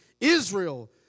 Israel